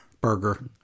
Burger